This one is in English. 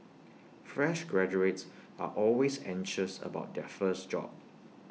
fresh graduates are always anxious about their first job